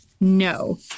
no